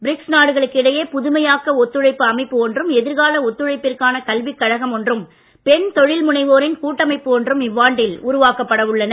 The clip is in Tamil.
பிரிக்ஸ் நாடுகளுக்கு இடையே புதுமையாக்க ஒத்துழைப்பு அமைப்பு ஒன்றும் எதிர்கால ஒத்துழைப்பிற்கான கல்விக் கழகம் ஒன்றும் பெண் தொழில்முனைவோரின் கூட்டமைப்பு ஒன்றும் இவ்வாண்டில் உருவாக்கப்பட உள்ளன